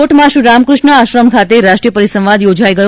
રાજકોટમાં શ્રી રામક્રષ્ણ આશ્રમ ખાતે રાષ્ટ્રીય પરિસંવાદ યોજાઈ ગયો